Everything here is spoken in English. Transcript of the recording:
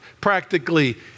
practically